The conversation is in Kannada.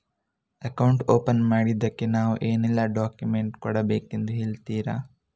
ಅಕೌಂಟ್ ಓಪನ್ ಮಾಡ್ಲಿಕ್ಕೆ ನಾವು ಏನೆಲ್ಲ ಡಾಕ್ಯುಮೆಂಟ್ ಕೊಡಬೇಕೆಂದು ಹೇಳ್ತಿರಾ?